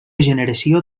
generació